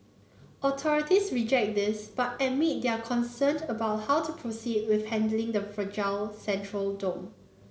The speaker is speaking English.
authorities reject this but admit they are concerned about how to proceed with handling the fragile central dome